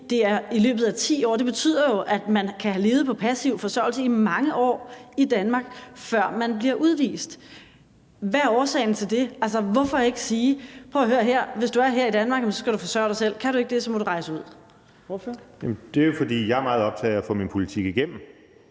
det er i løbet af 10 år, og det betyder jo, at man kan have levet på passiv forsørgelse i mange år i Danmark, før man bliver udvist. Hvad er årsagen til det? Hvorfor ikke sige: Prøv at høre her, hvis du er her i Danmark, skal du forsørge dig selv, og kan du ikke det, må du rejse ud? Kl. 14:52 Tredje næstformand (Trine Torp): Ordføreren.